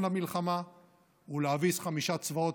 אונס ואלימות